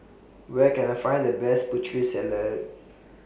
Where Can I Find The Best Putri Salad